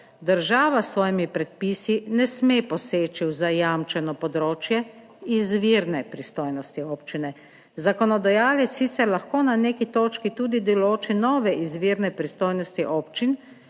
Država s svojimi predpisi ne sme poseči v zajamčeno področje. Izvirne pristojnosti občine. Zakonodajalec sicer lahko na neki točki tudi določi nove izvirne pristojnosti občin,